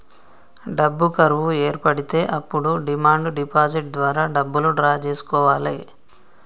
డబ్బు కరువు ఏర్పడితే అప్పుడు డిమాండ్ డిపాజిట్ ద్వారా డబ్బులు డ్రా చేసుకోవాలె